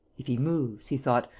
if he moves, he thought,